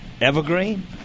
Evergreen